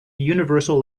universal